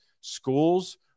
schools